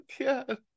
God